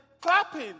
clapping